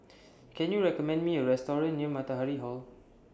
Can YOU recommend Me A Restaurant near Matahari Hall